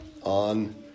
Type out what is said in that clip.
on